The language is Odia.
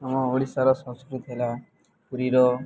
ଆମ ଓଡ଼ିଶାର ସଂସ୍କୃତି ହେଲା ପୁରୀର